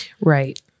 Right